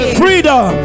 freedom